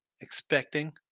expecting